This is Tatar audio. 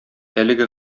әлеге